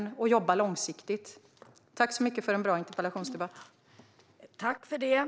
Man måste också jobba långsiktigt. Tack för en bra interpellationsdebatt!